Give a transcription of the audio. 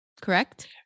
correct